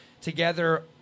together